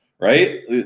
Right